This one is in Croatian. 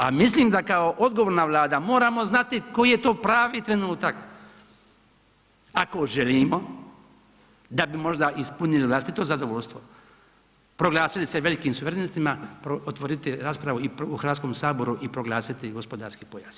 A mislim da kao odgovorna Vlada moramo znati koji je to pravi trenutak ako želimo da bi možda ispunili vlastito zadovoljstvo, proglasili se velikim suverenistima, otvoriti raspravu i u HS i proglasiti gospodarski pojas.